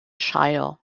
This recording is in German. shire